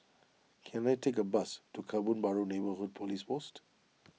can I take a bus to Kebun Baru Neighbourhood Police Post